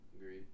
Agreed